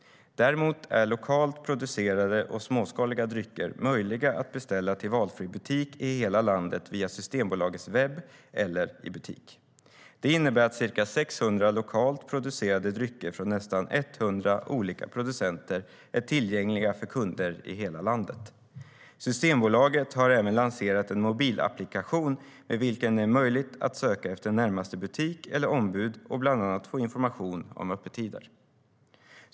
Däremot är lokalt producerade och småskaliga drycker möjliga att beställa till valfri butik i hela landet via Systembolagets webb eller i butik. Det innebär att ca 600 lokalt producerade drycker från nästan 100 olika producenter är tillgängliga för kunder i hela landet. Systembolaget har även lanserat en mobilapplikation med vilken det är möjligt att söka efter närmaste butik eller ombud och bland annat få information om öppettider.